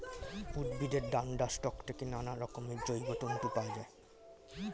উদ্ভিদের ডান্ডার স্টক থেকে নানারকমের জৈব তন্তু পাওয়া যায়